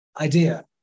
idea